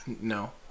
No